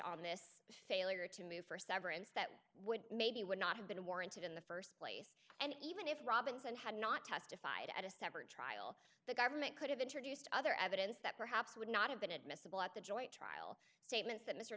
on this failure to move for a severance that would maybe would not have been warranted in the st place and even if robinson had not testified at a separate trial the government could have introduced other evidence that perhaps would not have been admissible at the joint trial statements that mr